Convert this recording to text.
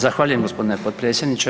Zahvaljujem, g. potpredsjedniče.